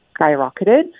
skyrocketed